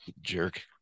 jerk